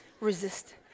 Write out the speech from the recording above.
resist